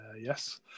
Yes